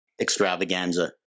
extravaganza